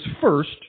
first